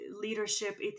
leadership